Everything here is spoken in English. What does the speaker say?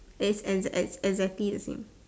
it's exact exact exactly the same